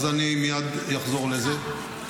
אז אני מייד אחזור לזה.